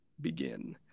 begin